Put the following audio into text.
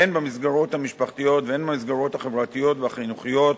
הן במסגרות המשפחתיות והן במסגרות החברתיות והחינוכיות,